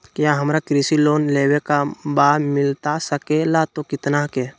क्या हमारा कृषि लोन लेवे का बा मिलता सके ला तो कितना के?